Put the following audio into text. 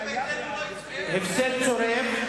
הפסד צורב.